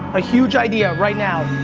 a huge idea right now.